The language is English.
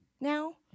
now